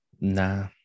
nah